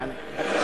יעני.